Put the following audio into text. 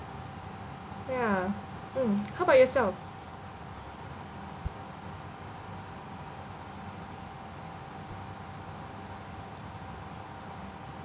ya mm how about yourself